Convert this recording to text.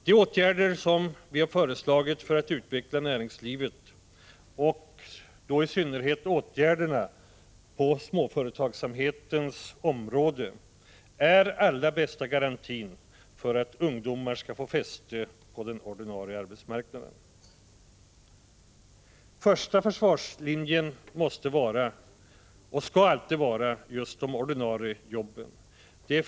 De åtgärder som vi har föreslagit för att utveckla näringslivet, i synnerhet åtgärderna på småföretagsamhetens område, är den allra bästa garantin för att ungdomarna skall få fäste på den ordinarie arbetsmarknaden. Den första försvarslinjen måste vara, och skall alltid vara, just de ordinarie jobben.